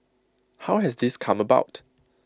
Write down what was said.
how has this come about